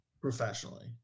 Professionally